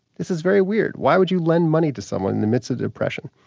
this is very weird why would you lend money to someone in the midst of the depression?